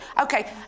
Okay